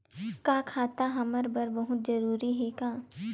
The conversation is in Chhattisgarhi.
का खाता हमर बर बहुत जरूरी हे का?